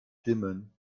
dimmen